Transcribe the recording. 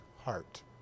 heart